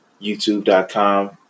youtube.com